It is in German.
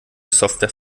software